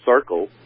circle